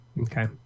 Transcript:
Okay